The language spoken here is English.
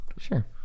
sure